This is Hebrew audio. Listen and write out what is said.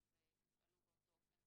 ותפעלו באותו אופן.